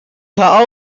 car